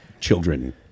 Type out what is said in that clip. children